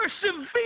persevere